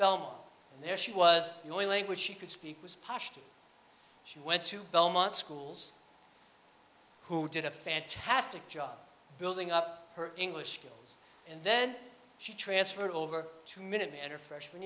belmont and there she was the only language she could speak was pashtun she went to belmont schools who did a fantastic job building up her english skills and then she transferred over to minot and her freshman